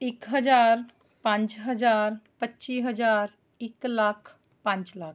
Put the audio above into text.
ਇੱਕ ਹਜ਼ਾਰ ਪੰਜ ਹਜ਼ਾਰ ਪੱਚੀ ਹਜ਼ਾਰ ਇੱਕ ਲੱਖ ਪੰਜ ਲੱਖ